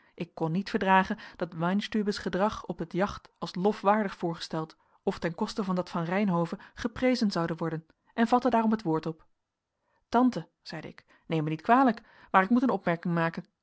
ik kon niet verdragen dat weinstübes gedrag op het jacht als lofwaardig voorgesteld of ten koste van dat van reynhove geprezen zoude worden en vatte daarom het woord op tante zeide ik neem mij niet kwalijk maar ik moet een opmerking maken